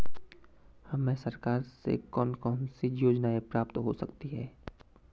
हमें सरकार से कौन कौनसी योजनाएँ प्राप्त हो सकती हैं?